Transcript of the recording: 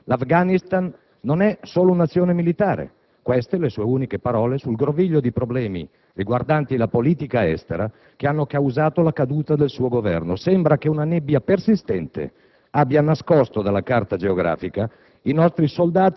una delle poche cose chiare da lei dette ieri in questa Aula. L'Afghanistan non è solo un'azione militare; queste le sue uniche parole sul groviglio di problemi riguardanti la politica estera che hanno causato la caduta del suo Governo. Sembra che una nebbia persistente